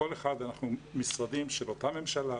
אנחנו משרדים של אותה ממשלה,